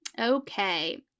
Okay